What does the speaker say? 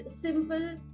simple